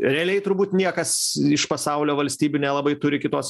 realiai turbūt niekas iš pasaulio valstybių nelabai turi kitos